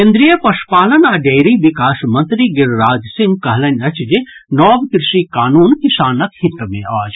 केन्द्रीय पशुपालन आ डेयरी विकास मंत्री गिरिराज सिंह कहलनि अछि जे नव कृषि कानून किसानक हित मे अछि